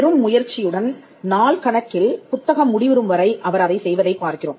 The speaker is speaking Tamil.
பெரும் முயற்சியுடன் நாள் கணக்கில் புத்தகம் முடிவுறும் வரை அவர் அதை செய்வதைப் பார்க்கிறோம்